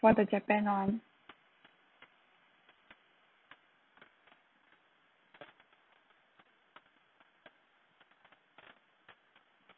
for the japan one